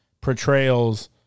portrayals